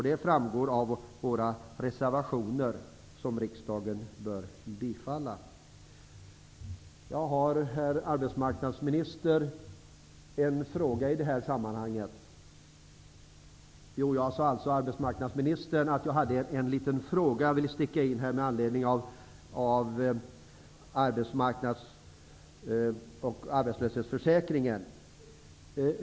Detta framgår av våra reservationer, vilka riksdagen bör bifalla. Jag har en fråga till arbetsmarknadsministern om arbetslöshetsförsäkringen.